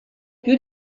più